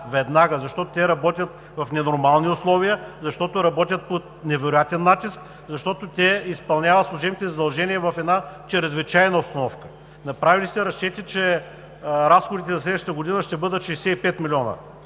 защото те работят в ненормални условия, защото работят под невероятен натиск, защото те изпълняват служебните си задължения в една чрезвичайна обстановка. Направили сте разчети, че разходите за следващата година ще бъдат 65 милиона.